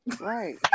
Right